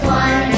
one